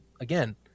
again